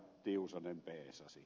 tiusanen peesasi